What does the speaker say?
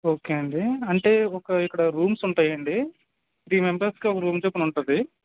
okay అండి అంటే ఒక ఇక్కడ రూమ్స్ ఉంటాయండి త్రీ మెంబర్స్కి ఒక రూమ్స్ చొప్పున ఉంటుంది